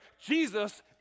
Jesus